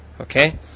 Okay